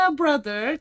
brother